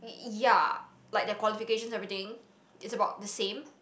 ya like the qualifications everything is about the same